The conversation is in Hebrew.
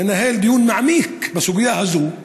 ננהל דיון מעמיק בסוגיה הזאת.